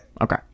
Okay